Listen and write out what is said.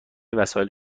وسایل